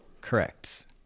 Correct